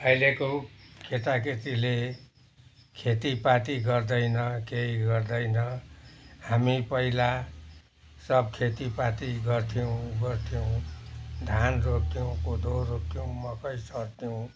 अहिलेको केटा केटीले खेतीपाती गर्दैन केही गर्दैन हामी पहिला सब खेतीपाती गर्थ्यौँ ऊ गर्थ्यौँ धान रोप्थ्यौँ कोदो रोप्थ्यौँ मकै छर्थ्यौँ